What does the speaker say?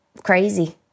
Crazy